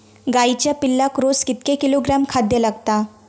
गाईच्या पिल्लाक रोज कितके किलोग्रॅम खाद्य लागता?